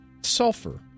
sulfur